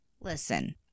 Listen